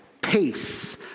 peace